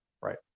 Right